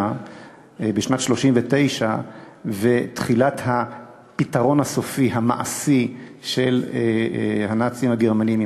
בשנת 1939 ותחילת "הפתרון הסופי" המעשי של הנאצים הגרמנים,